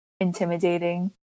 intimidating